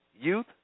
youth